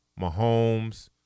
Mahomes